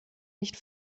nicht